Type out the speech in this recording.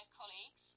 colleagues